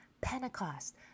Pentecost